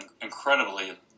incredibly